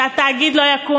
שהתאגיד לא יקום.